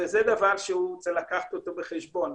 זה דבר שצריך לקחת בחשבון.